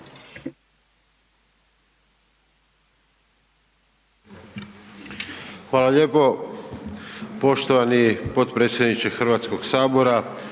Hvala lijepo poštovani potpredsjedniče HS, uvažene saborske